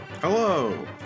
Hello